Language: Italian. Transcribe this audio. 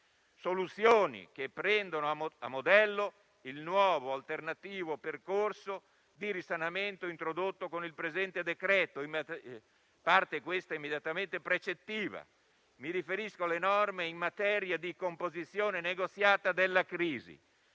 Soluzioni che prendono a modello il nuovo alternativo percorso di risanamento introdotto con il presente decreto-legge (questa parte è immediatamente precettiva); mi riferisco alle norme in materia di composizione negoziata della crisi,